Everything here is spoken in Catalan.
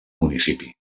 municipi